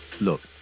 Look